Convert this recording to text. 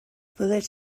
fyddet